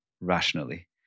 rationally